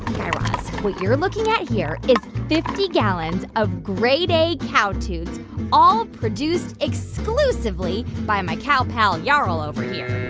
guy raz, what you're looking at here is fifty gallons of grey day cow toots all produced exclusively by my cow-pal yarall over here